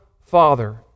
Father